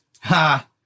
Ha